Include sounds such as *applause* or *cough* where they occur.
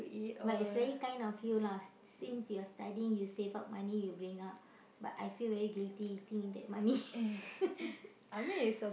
but it's very kind of you lah since you are studying you save up money you bring out but I feel very greedy think that money *laughs*